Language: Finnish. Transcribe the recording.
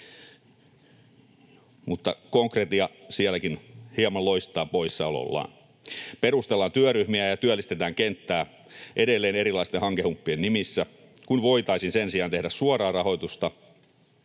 mutta konkretia sielläkin hieman loistaa poissaolollaan. Perustellaan työryhmiä ja työllistetään kenttää edelleen erilaisten hankehumppien nimissä, kun voitaisiin sen sijaan tehdä suoraa rahoitusta